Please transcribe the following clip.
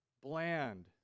bland